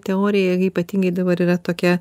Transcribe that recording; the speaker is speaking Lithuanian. teorija ypatingai dabar yra tokia